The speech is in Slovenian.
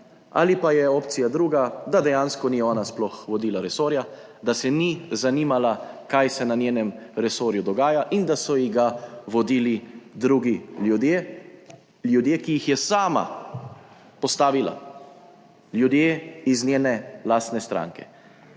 Ali pa je opcija druga, da dejansko ni ona sploh vodila resorja, da se ni zanimala, kaj se na njenem resorju dogaja in da so ji ga vodili drugi ljudje - ljudje, ki jih je sama postavila, ljudje iz njene lastne stranke.